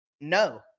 No